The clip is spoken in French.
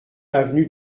avenue